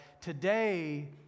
today